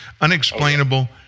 unexplainable